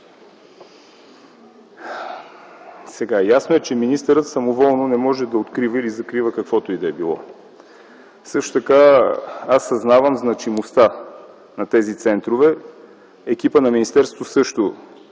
Ясно е, че министърът самоволно не може да открива или закрива каквото и да било. Също така аз съзнавам значимостта на тези центрове. Екипът на министерството също